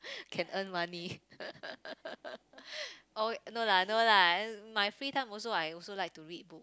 can earn money oh wait no lah no lah my free time also I also like to read book